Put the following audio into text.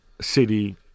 City